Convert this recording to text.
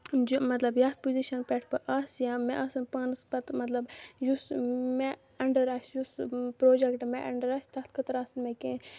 مطلب کہِ یَتھ پُوٚزِشن پٮ۪ٹھ بہٕ آسہٕ یا مےٚ آسن پانَس پَتہٕ مطلب یُس مےٚ اَندڑ آسہِ یُس پروجیکٹ مےٚ اَنڈر آسہِ تَتھ خٲطرٕ آسن مےٚ کیٚنہہ